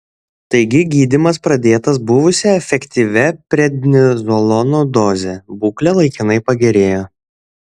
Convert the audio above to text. taigi gydymas pradėtas buvusia efektyvia prednizolono doze būklė laikinai pagerėjo